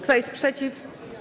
Kto jest przeciw?